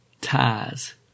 ties